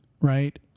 right